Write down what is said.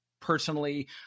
personally